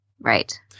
Right